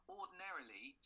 ordinarily